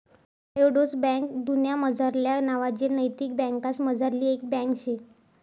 Triodos bank दुन्यामझारल्या नावाजेल नैतिक बँकासमझारली एक बँक शे